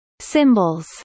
Symbols